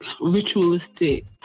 ritualistic